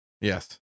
Yes